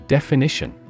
Definition